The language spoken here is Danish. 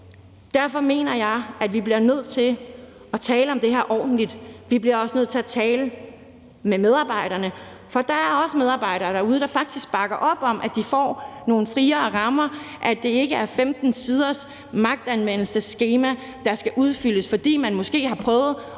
Derfor mener jeg, at vi bliver nødt til at tale om det her ordentligt. Vi bliver også nødt til at tale med medarbejderne, for der er også medarbejdere derude, som faktisk bakker op om, at de får nogle friere rammer, at det ikke er 15 siders magtanvendelsesskema, der skal udfyldes, fordi man måske har prøvet